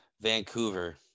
Vancouver